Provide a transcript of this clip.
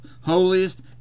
holiest